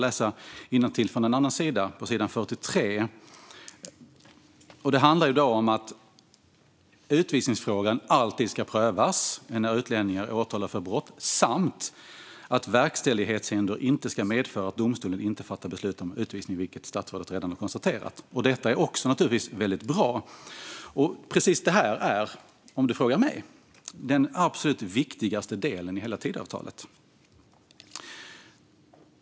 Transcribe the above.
På sidan 43 i Tidöavtalet står det att utvisningsfrågan alltid ska prövas när utlänningar står åtalade för brott samt att verkställighetshinder inte ska medföra att domstolen inte fattar beslut om utvisning. Det har statsrådet redan konstaterat, och det är naturligtvis väldigt bra. Om man frågar mig är detta den absolut viktigaste delen i hela Tidöavtalet.